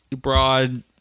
broad